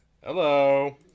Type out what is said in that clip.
Hello